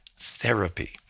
therapy